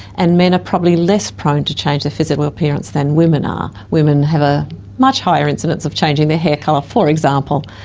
and men are probably less prone to change their physical appearance than women are. women have a much higher incidence of changing their hair colour, for example.